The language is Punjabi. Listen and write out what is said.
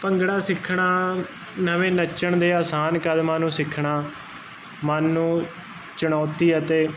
ਭੰਗੜਾ ਸਿੱਖਣਾ ਨਵੇਂ ਨੱਚਣ ਦੇ ਆਸਾਨ ਕਦਮਾਂ ਨੂੰ ਸਿੱਖਣਾ ਮਨ ਨੂੰ ਚੁਣੌਤੀ ਅਤੇ